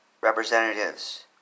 representatives